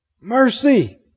Mercy